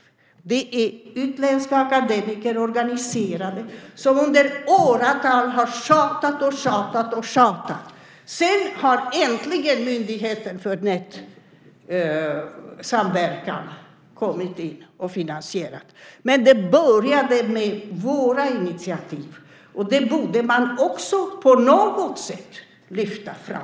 Organiserade utländska akademiker har i åratal tjatat och tjatat, och sedan har äntligen myndigheten för nätsamverkan kommit in och finansierat. Men det började med våra initiativ, och det borde man också på något sätt lyfta fram.